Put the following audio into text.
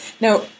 Now